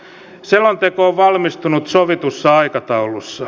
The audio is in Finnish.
selonteko on valmistunut sovitussa aikataulussa